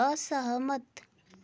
असहमत